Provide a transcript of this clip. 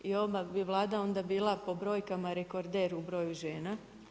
I odmah bi Vlada onda bila po brojka rekorder u broju žena.